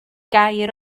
gair